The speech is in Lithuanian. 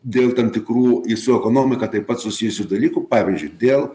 dėl tam tikrų į su ekonomika taip pat susijusių dalykų pavyzdžiui dėl